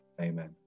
Amen